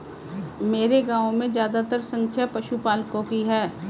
मेरे गांव में ज्यादातर संख्या पशुपालकों की है